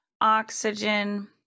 oxygen